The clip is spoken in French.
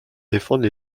défendre